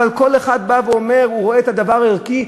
אבל כל אחד רואה את הדבר הערכי,